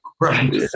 Right